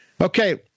Okay